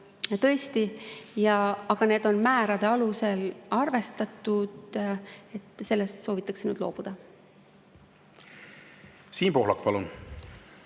tõesti, aga need on määrade alusel arvestatud. [Määradest] soovitakse nüüd loobuda. Siim Pohlak, palun!